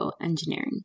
engineering